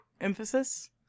emphasis